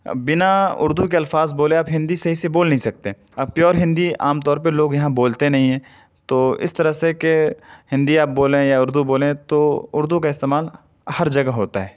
بنا اردو کے الفاظ بولے آپ ہندی صحیح سے بول نہیں سکتے آپ پیور ہندی عام طور پہ لوگ یہاں بولتے نہیں ہیں تو اس طرح سے کہ ہندی آپ بولیں یا اردو بولیں تو اردو کا استعمال ہر جگہ ہوتا ہے